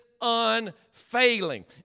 unfailing